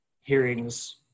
hearings